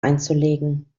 einzulegen